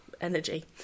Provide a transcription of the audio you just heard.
energy